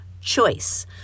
choice